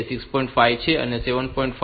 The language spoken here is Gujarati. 5 છે અને 7